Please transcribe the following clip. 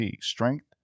strength